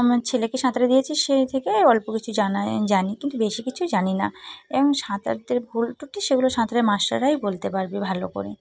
আমার ছেলেকে সাঁতারে দিয়েছি সেই থেকে অল্প কিছু জানা এ জানি কিন্তু বেশি কিছু জানি না এবং সাঁতারুদের ভুল ত্রুটি সেগুলো সাঁতারের মাস্টাররাই বলতে পারবে ভালো করে